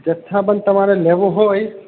જથ્થાબંધ તમારે લેવો હોય